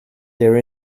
their